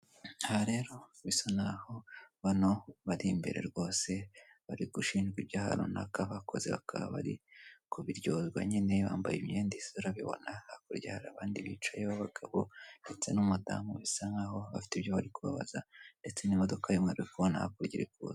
Aha rero bisa naho bano bari imbere rwose bari gushinjwa ibyaha runaka bakoze bakaba bari kubiryozwa nyine, bambaye imyenda isa urabibona; hakurya hari abandi bicaye b'abagabo ndetse n'umudamu bisa nkaho bafite ibyo bari kubabaza, ndetse n'imodoka y'umweru uri kubona hakurya iri kure.